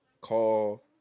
call